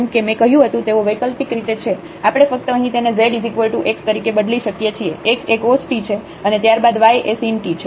જેમ કે મેં કહ્યું હતું તેઓ વેકલ્પિક રીતે છે આપણે ફક્ત અહીં તેને z x તરીકે બદલી શકીએ છીએ x એ cos t છે અને ત્યારબાદ y એ sin t છે